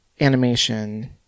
animation